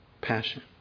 passion